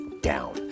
down